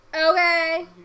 Okay